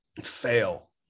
fail